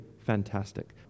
fantastic